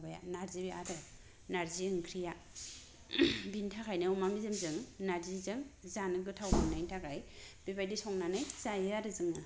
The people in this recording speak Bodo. अमा माबाया नारजि आरो नारजि ओंख्रिया बिनि थाखायनो अमा मेजेमजों नारजिजों जानो गोथाव मोननायनि थाखाय बे बायदि संनानै जायो आरो जोङो